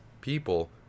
people